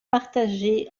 partagée